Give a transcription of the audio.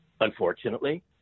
unfortunately